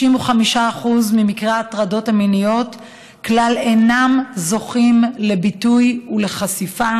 95% ממקרי ההטרדות המיניות כלל אינם זוכים לביטוי ולחשיפה.